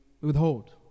withhold